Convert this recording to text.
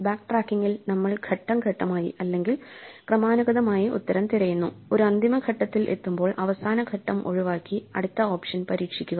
ബാക്ക്ട്രാക്കിംഗിൽ നമ്മൾ ഘട്ടം ഘട്ടമായി അല്ലെങ്കിൽ ക്രമാനുഗതമായി ഉത്തരം തിരയുന്നു ഒരു അന്തിമഘട്ടത്തിൽ എത്തുമ്പോൾ അവസാന ഘട്ടം ഒഴിവാക്കി അടുത്ത ഓപ്ഷൻ പരീക്ഷിക്കുക